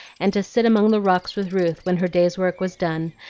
and to sit among the rocks with ruth when her day's work was done,